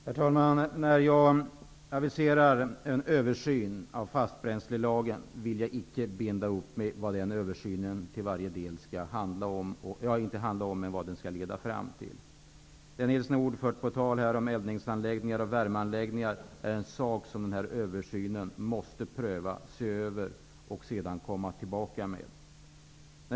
Herr talman! När jag aviserar en översyn av fastbränslelagen vill jag icke binda upp mig för vad den översynen till alla delar skall leda fram till. Nils Nordh har här talat om eldningsanläggningar och värmeanläggningar. Det är en fråga som man i översynen skall pröva och se över.